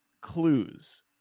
clues